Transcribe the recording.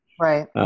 Right